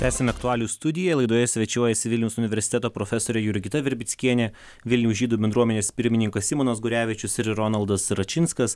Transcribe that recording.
esame aktualijų studija laidoje svečiuojasi vilniaus universiteto profesorė jurgita virbickienė vilniaus žydų bendruomenės pirmininkas simonas gurevičius ir ronaldas račinskas